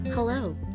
Hello